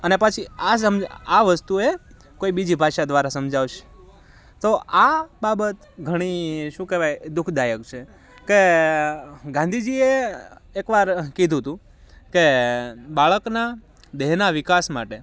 અને પછી આ વસ્તુ એ કોઈ બીજી ભાષા દ્વારા સમજાવશે તો આ બાબત ઘણી શું કહેવાય દુઃખદાયક છે કે ગાંધીજીએ એક વાર કીધું હતું કે બાળકના દેહના વિકાસ માટે